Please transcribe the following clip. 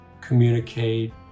communicate